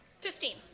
Fifteen